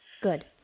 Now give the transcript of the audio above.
Good